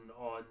on